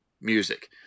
music